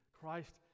Christ